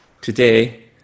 Today